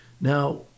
Now